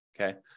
okay